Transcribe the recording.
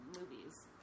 Movies